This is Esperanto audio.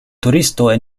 turistoj